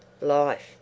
Life